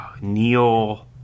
neil